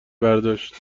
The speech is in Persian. برداشت